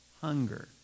hunger